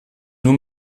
nur